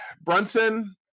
Brunson